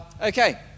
okay